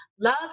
Love